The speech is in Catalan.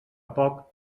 poc